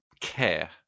care